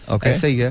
Okay